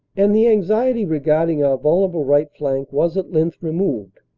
and the anxiety regarding our vulnerable right flank was at length removed.